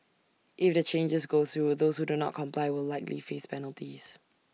if the changes go through those who do not comply will likely face penalties